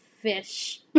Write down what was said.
fish